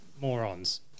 morons